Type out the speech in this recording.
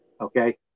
Okay